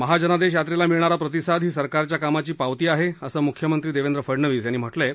महाजनादेश यात्रेला मिळणारा प्रतिसाद ही सरकारच्या कामाची पावती आहे असं मुख्यमंत्री देवेंद्र फडणवीस यांनी म्हटलं आहे